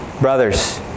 Brothers